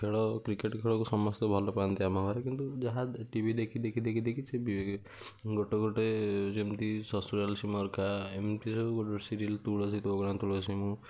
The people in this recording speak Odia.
ଖେଳ କ୍ରିକେଟ ଖେଳକୁ ସମସ୍ତେ ଭଲପାଆନ୍ତି ଆମ ଘରେ କିନ୍ତୁ ଯାହା ଟି ଭି ଦେଖି ଦେଖି ଦେଖି ଦେଖି ସେ ବି ଗୋଟେ ଗୋଟେ ଯେମତି ଶଶୁରାଲ୍ ସୀମରକା ଏମତି ସବୁ ଗୋଟେ ଗୋଟେ ସିରିଏଲ୍ ତୁଳସୀ ତୋ ଅଗଣାର ତୁଳସୀ ମୁଁ